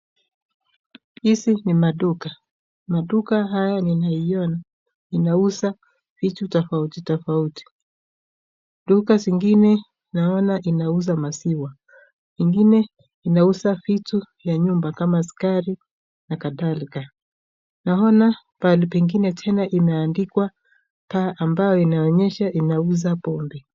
Hizi ni maduka, maduka haya ninaiona inauza vitu tofauti tofauti. Duka zingine naona inauza maziwa, ingine inauza vitu ya nyumba kama sukari nakadhalika. Naona pahali pengine tena imeandikwa baa ambayo inaonyesha inauza pombe.